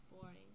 Boring